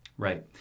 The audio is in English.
Right